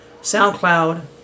SoundCloud